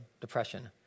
depression